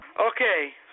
Okay